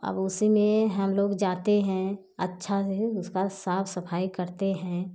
अब उसी में हम लोग जाते हैं अच्छा से उसका साफ सफाई करते हैं